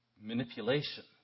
manipulation